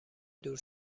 دور